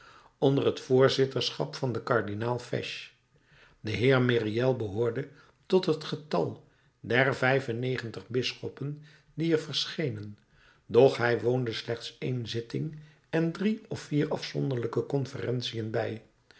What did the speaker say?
onder het voorzitterschap van den kardinaal fesch de heer myriel behoorde tot het getal der vijf-en-negentig bisschoppen die er verschenen doch hij woonde slechts één zitting en drie of vier afzonderlijke conferentiën bij